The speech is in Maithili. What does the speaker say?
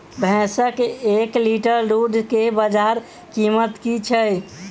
भैंसक एक लीटर दुध केँ बजार कीमत की छै?